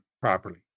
properly